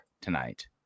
tonight